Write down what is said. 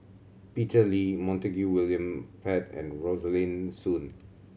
Peter Lee Montague William Pett and Rosaline Soon